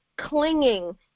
clinging